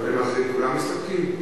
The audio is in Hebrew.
חברים אחרים, כולם מסתפקים?